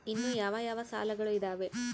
ಇನ್ನು ಯಾವ ಯಾವ ಸಾಲಗಳು ಇದಾವೆ?